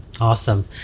Awesome